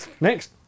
next